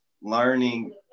learning